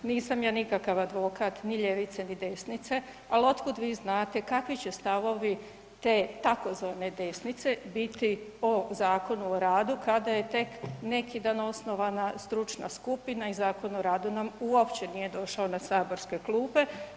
Nisam ja nikakav advokat ni ljevice, ni desnice, al otkud vi znate kakvi će stavovi te tzv. desnice biti o Zakonu o radu kada je tek neki dan osnovana stručna skupina i Zakon o radu nam uopće nije došao na saborske klupe.